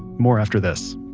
more after this